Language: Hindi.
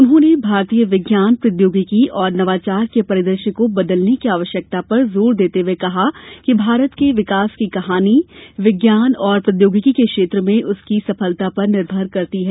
उन्होंने भारतीय विज्ञान प्रौद्योगिकी और नवाचार के परिदृश्य को बदलने की आवश्यकता पर जोर देते हुए कहा कि भारत के विकास की कहानी विज्ञान और प्रौद्योगिकी के क्षेत्र में उसकी सफलता पर निर्भर करती है